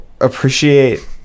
appreciate